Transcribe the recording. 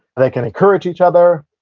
they can encourage each other.